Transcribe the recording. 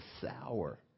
sour